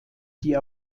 die